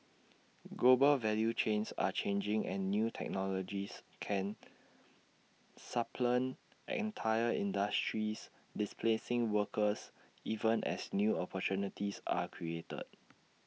global value chains are changing and new technologies can supplant entire industries displacing workers even as new opportunities are created